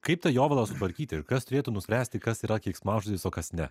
kaip tą jovalą sutvarkyti ir kas turėtų nuspręsti kas yra keiksmažodis o kas ne